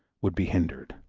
would be hindered.